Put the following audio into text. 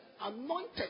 anointed